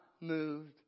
moved